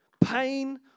pain